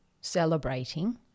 celebrating